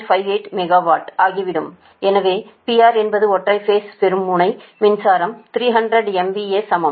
58 megawatt ஆகிவிடும் எனவே PR என்பது ஒற்றை பேஸ் பெரும் முனை மின்சாரம் 300 MVA சமம்